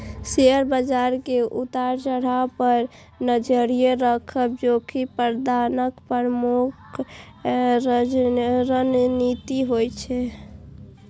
share बाजार के उतार चढ़ाव पर नजरि राखब जोखिम प्रबंधनक प्रमुख रणनीति होइ छै